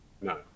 No